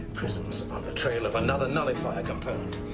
prism's on the trail of another nullifier component.